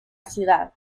ciudad